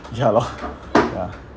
ya lor ya